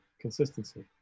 consistency